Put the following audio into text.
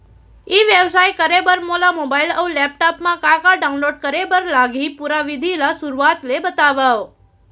ई व्यवसाय करे बर मोला मोबाइल अऊ लैपटॉप मा का का डाऊनलोड करे बर लागही, पुरा विधि ला शुरुआत ले बतावव?